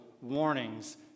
warnings